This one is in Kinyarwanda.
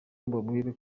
mbabwire